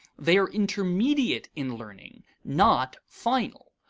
they are intermediate in learning, not final.